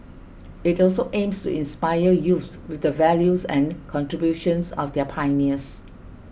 it also aims to inspire youths with the values and contributions of their pioneers